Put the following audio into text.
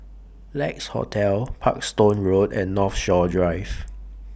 Lex Hotel Parkstone Road and Northshore Drive